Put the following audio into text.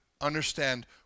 understand